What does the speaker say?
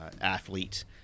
athlete